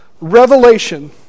Revelation